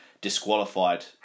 disqualified